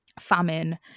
famine